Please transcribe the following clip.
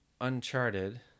Uncharted